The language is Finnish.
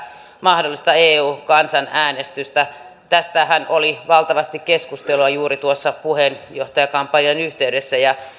mahdollista eu kansanäänestystä tästähän oli valtavasti keskustelua juuri puheenjohtajakampanjan yhteydessä ja